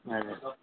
हजुर